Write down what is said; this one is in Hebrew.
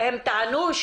והם טענו,